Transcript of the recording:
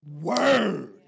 word